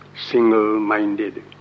single-minded